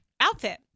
outfit